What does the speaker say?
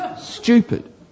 stupid